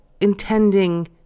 intending